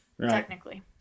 Technically